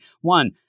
one